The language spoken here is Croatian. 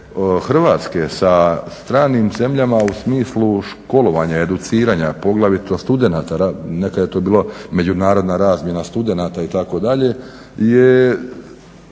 Hrvatske sa stranim zemljama u smislu školovanja, educiranja, poglavito studenata, nekada je to bila međunarodna razmjena studenata, itd. je